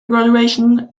graduation